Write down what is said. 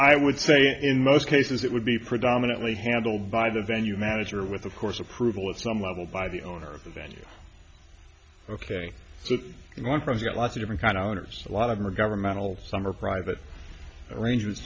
i would say in most cases it would be predominantly handled by the venue manager with of course approval at some level by the owner of the venue ok one from the a lot of different kind of owners a lot of them are governmental some are private arrangements